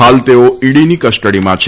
હાલ તેઓ ઈડીની કસ્ટડીમાં છે